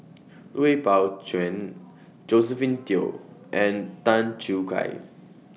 Wei Pao Chuen Josephine Teo and Tan Choo Kai